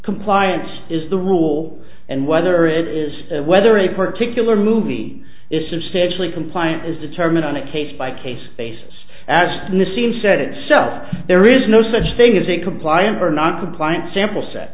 compliance is the rule and whether it is whether a particular movie is substantially compliant is determined on a case by case basis as in the scene set itself there is no such thing as a compliant or noncompliant sample set